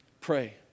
Pray